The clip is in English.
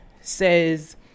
says